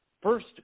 first